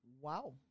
Wow